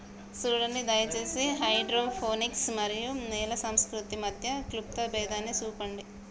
సూడండి దయచేసి హైడ్రోపోనిక్స్ మరియు నేల సంస్కృతి మధ్య క్లుప్త భేదాన్ని సూపండి